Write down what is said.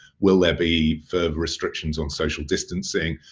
will there be further restrictions on social distancing?